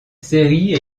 séries